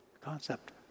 concept